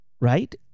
Right